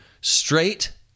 straight